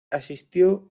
asistió